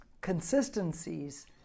consistencies